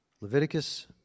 Leviticus